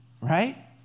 right